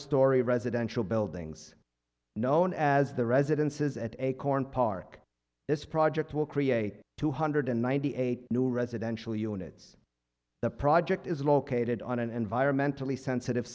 storey residential buildings known as the residences at acorn park this project will create two hundred ninety eight new residential units the project is located on an environmentally sensitive